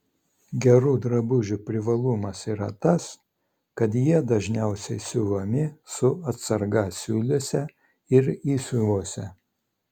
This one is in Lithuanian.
gerų drabužių privalumas yra tas kad jie dažniausiai siuvami su atsarga siūlėse ir įsiuvuose